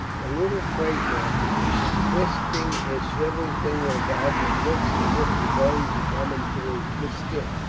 the little cratur a-twisting his shrivelled fingers about, that looks as if the bones were coming through the skin.